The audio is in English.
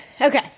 Okay